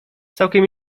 całkiem